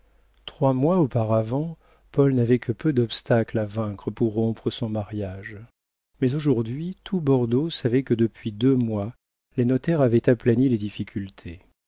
trois mois auparavant paul n'avait que peu d'obstacles à vaincre pour rompre son mariage mais aujourd'hui tout bordeaux savait que depuis deux mois les notaires avaient aplani les difficultés